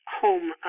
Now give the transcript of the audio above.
home